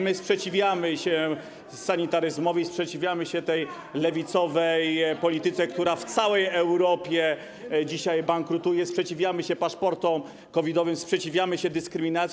My sprzeciwiamy się sanitaryzmowi, sprzeciwiamy się tej lewicowej polityce, która w całej Europie dzisiaj bankrutuje, sprzeciwiamy się paszportom COVID-owym, sprzeciwiamy się dyskryminacji.